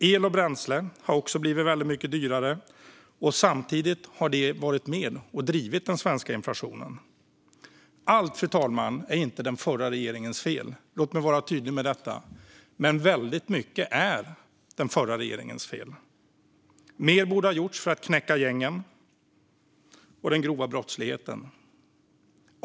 El och bränsle har också blivit väldigt mycket dyrare, vilket samtidigt har varit med och drivit den svenska inflationen. Allt är inte den förra regeringens fel, fru talman - låt mig vara tydlig med det. Men väldigt mycket är den förra regeringens fel. Mer borde ha gjorts för att knäcka gängen och den grova brottsligheten.